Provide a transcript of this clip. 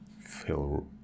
feel